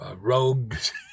rogues